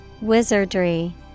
Wizardry